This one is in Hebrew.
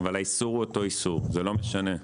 אבל האיסור הוא אותו איסור זה לא משנה.